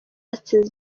yatsinze